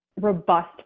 robust